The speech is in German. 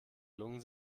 lungen